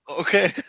Okay